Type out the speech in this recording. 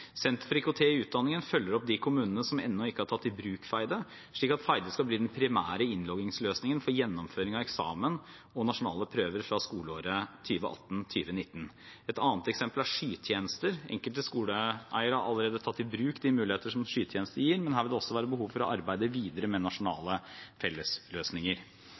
Senter for IKT i utdanningen følger opp de kommunene som ennå ikke har tatt i bruk Feide, slik at Feide skal bli den primære innloggingsløsningen for gjennomføring av eksamen og nasjonale prøver fra skoleåret 2018/2019. Et annet eksempel er skytjenester. Enkelte skoleeiere har allerede tatt i bruk de muligheter som skytjenester gir, men her vil det også være behov for å arbeide videre med nasjonale fellesløsninger.